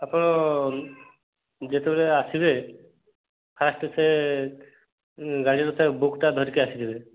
ଆପଣ ଯେତେବେଳେ ଆସିବେ ଫାଷ୍ଟ୍ ସେ ଗାଡ଼ିର ସେ ବୁକ୍ଟା ଧରିକି ଆସିଥିବେ